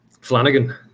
Flanagan